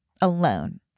alone